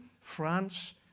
France